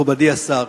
מכובדי השר,